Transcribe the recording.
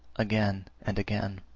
again and again.